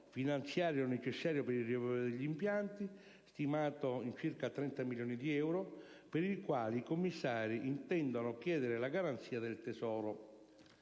finanziario necessario per il riavvio degli impianti, stimato in circa 30 milioni dì euro, per il quale i commissari intendono chiedere la garanzia del Tesoro.